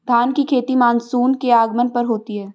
धान की खेती मानसून के आगमन पर होती है